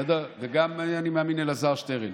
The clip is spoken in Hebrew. ואני מאמין שגם אלעזר שטרן.